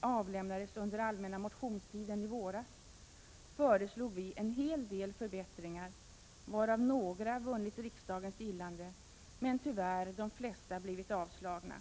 avlämnades under allmänna motionstiden i våras, föreslog vi en hel del förbättringar, varav några vunnit riksdagens gillande. Men tyvärr har de flesta förslagen blivit avslagna.